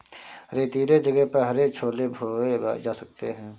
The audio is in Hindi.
रेतीले जगह पर हरे छोले बोए जा सकते हैं